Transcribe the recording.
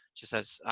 she says,